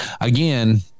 again